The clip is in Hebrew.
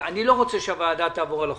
אני לא רוצה שהוועדה תעבור על החוק.